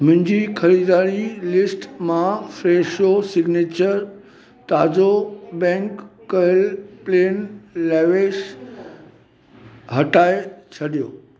मुंहिंजी ख़रीदारी लिस्ट मां फ़्रेशो सिग्नेचर ताज़ो बैंक कयलु प्लेन लेवेश हटाए छॾियो